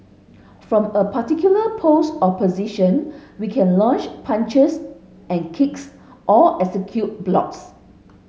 from a particular pose or position we can launch punches and kicks or execute blocks